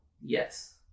yes